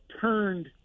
turned